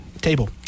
table